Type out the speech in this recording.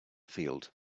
field